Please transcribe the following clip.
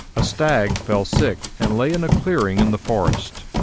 a stag fell sick and lay in a clearing in the forest,